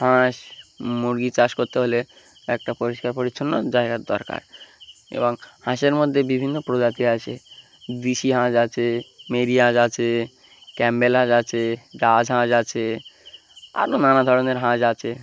হাঁস মুরগি চাষ করতে হলে একটা পরিষ্কার পরিচ্ছন্ন জায়গার দরকার এবং হাঁসের মধ্যে বিভিন্ন প্রজাতি আছে দেশি হাঁস আছে মেরি হাঁস আছে ক্যাম্বেল হাঁস আছে রাজ হাঁস আছে আরও নানা ধরনের হাঁস আছে